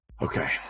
Okay